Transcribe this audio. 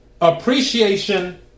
Appreciation